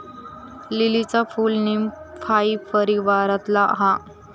लीलीचा फूल नीमफाई परीवारातला हा